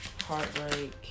heartbreak